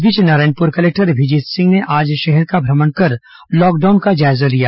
इस बीच नारायणपुर कलेक्टर अभिजीत सिंह ने आज शहर का भ्रमण कर लॉकडाउन का जायजा लिया